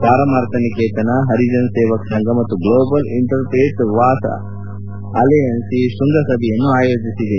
ಪಾರಮಾರ್ಥ ನಿಕೇತನ ಹರಿಜನ್ ಸೇವಕ್ ಸಂಘ ಮತ್ತು Global Interfaith ವಾಶ್ Alliance ಈ ಶೃಂಗಸಭೆಯನ್ನು ಆಯೋಜಿಸಿವೆ